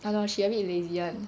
那段时间 elysium